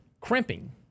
crimping